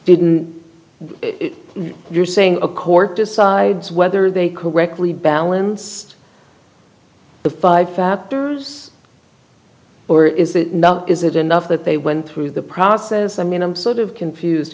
didn't you're saying a court decides whether they correctly balanced the five factors or is that is it enough that they went through the process i mean i'm sort of confused